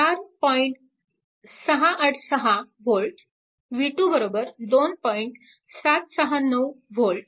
686 V v2 2